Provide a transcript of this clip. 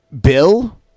bill